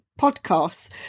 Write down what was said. podcasts